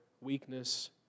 weakness